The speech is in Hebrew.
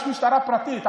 יש משטרה פרטית,